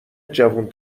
جوون